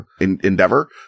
endeavor